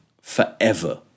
forever